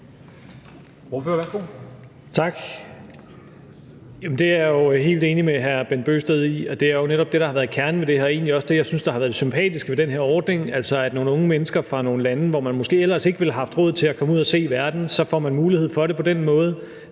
er jo helt enig med hr. Bent Bøgsted i: at det jo netop er det, der har været kernen i det her, og egentlig også det, jeg synes har været det sympatiske ved den her ordning, altså at nogle unge mennesker fra nogle lande, hvor man måske ellers ikke ville have haft råd til at komme ud og se verden, så får mulighed for det på den måde,